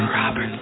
Robert